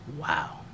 wow